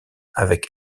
avec